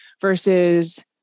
versus